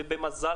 ובמזל,